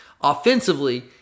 offensively